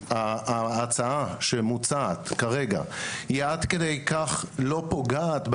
ההצעה שמוצעת כרגע היא עד כדי כך לא פוגעת במטרה,